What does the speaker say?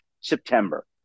September